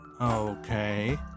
Okay